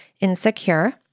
insecure